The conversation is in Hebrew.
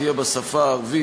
תהיה בשפה הערבית,